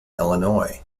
illinois